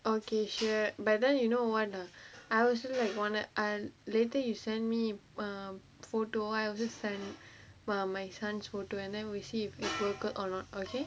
okay sure but then you know [what] lah I also don't like wan~ want to and later you send me err photo I'll send ah my son's photo and then we'll see if they work or not okay